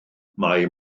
mae